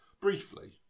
Briefly